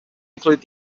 include